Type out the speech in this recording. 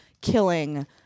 killing